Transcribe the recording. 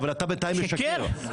התפכח.